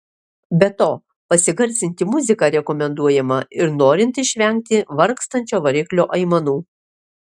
be to pasigarsinti muziką rekomenduojama ir norint išvengti vargstančio variklio aimanų